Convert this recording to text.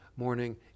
Morning